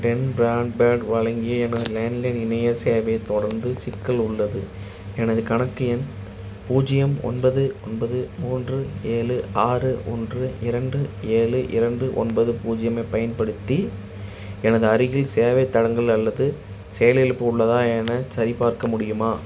ten broadband வழங்கிய எனது landline இணையச் சேவையில் தொடர்ந்து சிக்கல் உள்ளது எனது கணக்கு எண் பூஜ்ஜியம் ஒன்பது ஒன்பது மூன்று ஏழு ஆறு ஒன்று இரண்டு ஏழு இரண்டு ஒன்பது பூஜ்ஜியமைப் பயன்படுத்தி எனது அருகில் சேவைத் தடங்கல் அல்லது செயலிழப்பு உள்ளதா எனச் சரிப்பார்க்க முடியுமா